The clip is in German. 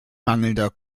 mangelnder